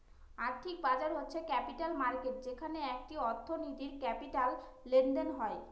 আর্থিক বাজার হচ্ছে ক্যাপিটাল মার্কেট যেখানে একটি অর্থনীতির ক্যাপিটাল লেনদেন হয়